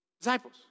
Disciples